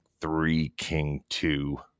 three-king-two